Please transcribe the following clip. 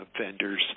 vendors